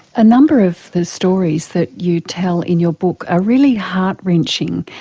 a number of the stories that you tell in your book are really heart-wrenching.